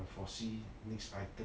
for she next